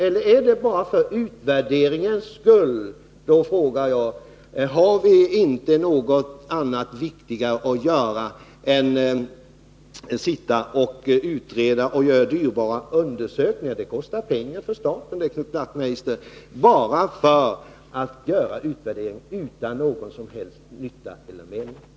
Men är det bara för utvärderingens egen skull vill jag fråga: Har vi ingenting annat och viktigare att göra än att sitta och utreda och göra dyrbara undersökningar — det kostar pengar för staten, Knut Wachtmeister — utan någon som helst nytta eller mening?